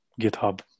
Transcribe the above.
GitHub